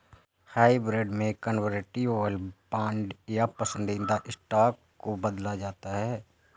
hybrid में convertible bond या पसंदीदा स्टॉक को बदला जाता है